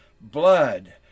blood